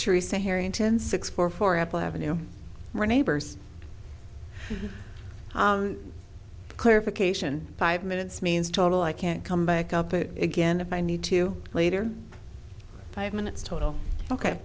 theresa harrington six four four apple avenue were neighbors clarification five minutes means total i can't come back up it again if i need to later five minutes total ok